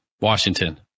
Washington